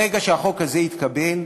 ברגע שהחוק הזה יתקבל,